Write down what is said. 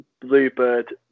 bluebird